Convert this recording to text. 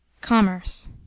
commerce